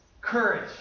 courage